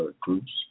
groups